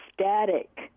static